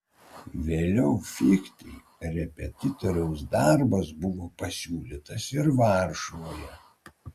vėliau fichtei repetitoriaus darbas buvo pasiūlytas ir varšuvoje